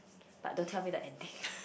but don't tell me the ending